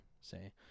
say